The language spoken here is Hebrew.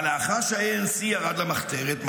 אבל לאחר שה-ANC ירד למחתרת,